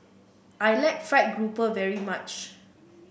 I like fried grouper very much